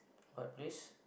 what place